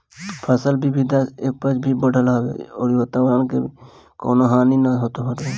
फसल विविधता से उपज भी बढ़त हवे अउरी वातवरण के भी कवनो हानि नाइ होत हवे